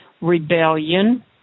Rebellion